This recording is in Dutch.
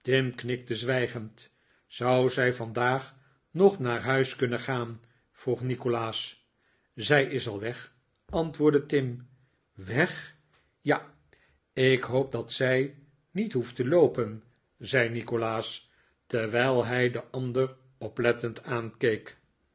knikte zwijgend zou zij vandaag nog naar huis kunnen gaan vroeg nikolaas zij is al weg antwoordde tim weg ja ik hoop dat zij niet hoeft te loopen zei nikolaas terwijl hij den ander oplettend aankeek